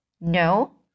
No